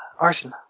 arson